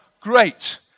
great